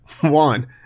one